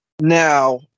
Now